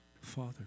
Father